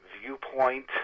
viewpoint